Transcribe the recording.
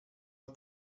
are